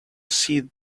see